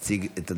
להציג את הדברים.